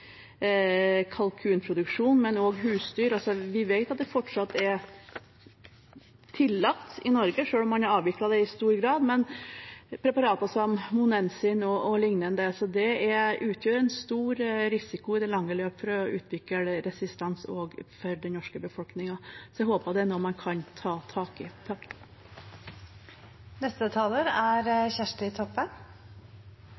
kalkunproduksjon, men også husdyrproduksjon. Vi vet at det fortsatt er tillatt i Norge, selv om man har avviklet det i stor grad. Vi har preparater som monensin o.l., som utgjør en stor risiko i det lange løp for å utvikle resistens i den norske befolkningen, så jeg håper det er noe man kan ta tak i. Barn treng antibiotika som dei klarer å svelgja. Viktige antibiotika som vert anbefalte til norske barn, er